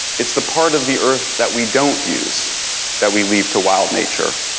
it's the part of the earth that we don't use that we leave to wild nature.